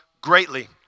greatly